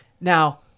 Now